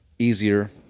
Easier